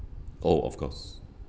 oh of course